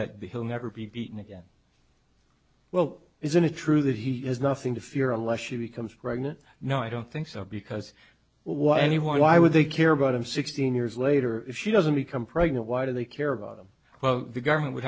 the he'll never be beaten again well isn't it true that he is nothing to fear unless she becomes pregnant no i don't think so because what he why would they care about him sixteen years later if she doesn't become pregnant why do they care about them well the government would